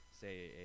say